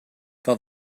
fel